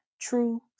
true